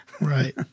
Right